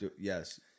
Yes